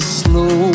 slow